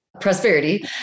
prosperity